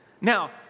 Now